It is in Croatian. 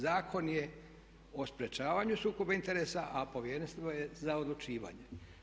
Zakon o sprječavanju sukoba interesa, a Povjerenstvo je za odlučivanje.